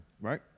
Right